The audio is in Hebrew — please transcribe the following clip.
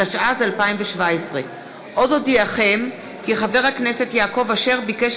התשע"ז 2017. עוד אודיעכם כי חבר הכנסת יעקב אשר ביקש